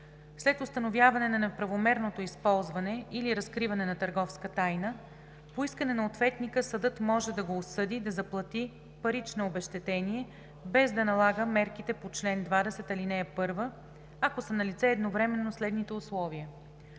След установяване на неправомерното използване или разкриване на търговска тайна, по искане на ответника съдът може да го осъди да заплати парично обезщетение без да налага мерките по чл. 20, ал. 1, ако са налице едновременно следните условия: